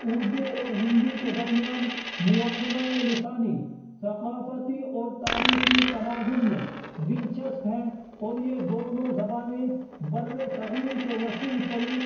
اردو اور ہندی کے درمیان موازنۂ لسانی ثقافتی اور تاریخی تناظر میں دلچسپ ہے اور یہ دونوں زبانیں برِ صغیر کے وسیع تری